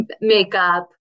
makeup